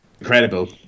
incredible